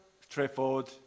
straightforward